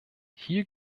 hier